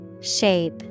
Shape